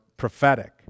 prophetic